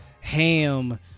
ham